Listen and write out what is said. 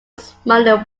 smiling